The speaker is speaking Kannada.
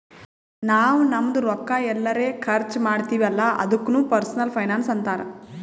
ನಾವ್ ನಮ್ದು ರೊಕ್ಕಾ ಎಲ್ಲರೆ ಖರ್ಚ ಮಾಡ್ತಿವಿ ಅಲ್ಲ ಅದುಕ್ನು ಪರ್ಸನಲ್ ಫೈನಾನ್ಸ್ ಅಂತಾರ್